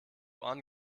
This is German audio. ohren